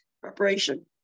Preparation